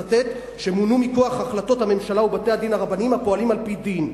"שמונו מכוח החלטות הממשלה ובתי-הדין הרבניים הפועלים על-פי דין".